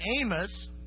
Amos